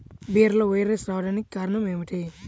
బీరలో వైరస్ రావడానికి కారణం ఏమిటి?